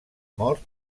mort